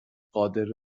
قادر